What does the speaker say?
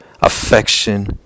affection